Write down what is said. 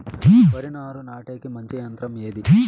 వరి నారు నాటేకి మంచి యంత్రం ఏది?